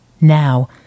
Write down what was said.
now